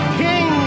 king